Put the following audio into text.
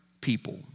people